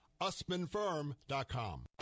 usmanfirm.com